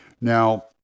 Now